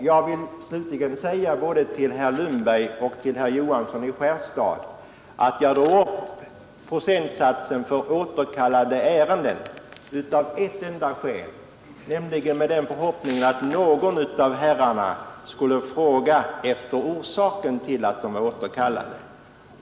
Jag vill slutligen säga både till herr Lundberg och till herr Johansson i Skärstad att jag tog upp procentsatsen för återkallade ärenden av ett enda skäl, nämligen därför att jag hade förhoppningen att någon av herrarna skulle fråga efter orsaken till att de blivit återkallade.